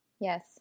Yes